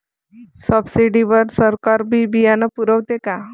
Subsidy वर सरकार बी बियानं पुरवते का?